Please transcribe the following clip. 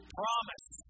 promise